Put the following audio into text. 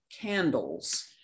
candles